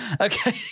Okay